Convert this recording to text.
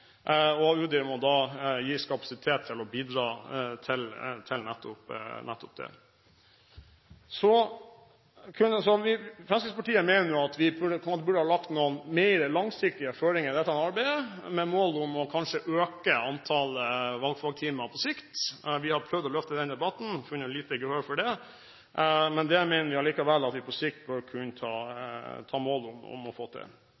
må da gis kapasitet til å bidra til nettopp det. Fremskrittspartiet mener at vi burde ha lagt noen flere langsiktige føringer for dette arbeidet, med mål om kanskje å øke antall valgfagtimer på sikt. Vi har prøvd å løfte den debatten, men har vunnet lite gehør for det. Vi mener likevel at vi på sikt bør kunne ha mål om å få til